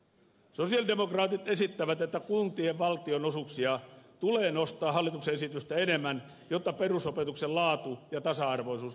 sosialidemokraatit esittävät että kuntien valtionosuuksia tulee nostaa hallituksen esitystä enemmän jotta perusopetuksen laatu ja tasa arvoisuus voitaisiin taata